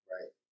Right